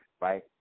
right